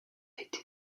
été